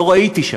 לא ראיתי שם.